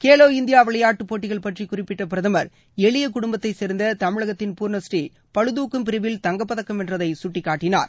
Khelo India விளையாட்டுப் போட்டிகள் பற்றி குறிப்பிட்ட பிரதமர் எளிய குடும்பத்தைச் சேர்ந்த தமிழகத்தின் பூர்ணபுநீ பளுதூக்கும் பிரிவில் தங்கப்பதக்கம் வென்றதை சுட்டிக்காட்டினார்